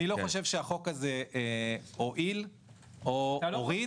אני לא חושב שהחוק הזה הועיל או הוריד.